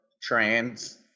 trans